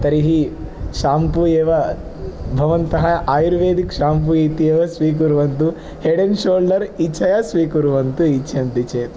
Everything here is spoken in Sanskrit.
तर्हि शेम्पू एव भवन्तः आयुर्वेदिक् शेम्पू इति एव स्वीकुर्वन्तु हेड् एण्ड् शोल्डर्स् इच्छया स्वीकुर्वन्तु इच्छन्ति चेत्